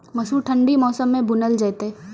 मसूर ठंडी मौसम मे बूनल जेतै?